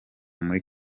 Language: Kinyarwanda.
muri